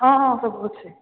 ହଁ ହଁ ସବୁ ଅଛି